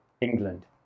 England